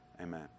amen